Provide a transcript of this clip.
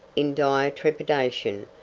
in dire trepidation,